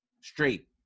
straight